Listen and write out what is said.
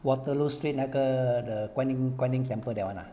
waterloo street 那个 the 观音观音 temple that [one] ah